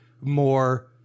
more